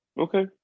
Okay